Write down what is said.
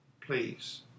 Please